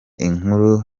inkuru